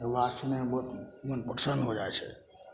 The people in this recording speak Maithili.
वास्तवमे बहुत मन प्रसन्न हो जाइ छै